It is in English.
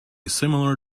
similar